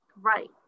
Right